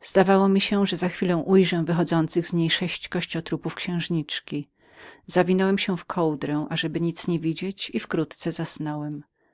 zdawało mi się że za każdą chwilą ujrzę z niej wychodzących sześciu kościotrupów księżniczki zawinąłem się w moją kołdrę ażeby nic nie widzieć i wkrótce zasnąłem